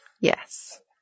Yes